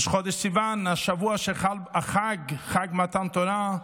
בראש חודש סיוון, השבוע שחל בו החג, חג מתן תורה,